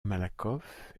malakoff